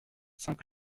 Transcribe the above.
saint